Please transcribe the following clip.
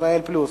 'ישראל פלוס'.